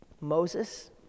Moses